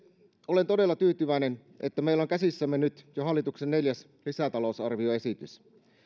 olen todella tyytyväinen että meillä on käsissämme nyt jo hallituksen neljäs lisätalousarvioesitys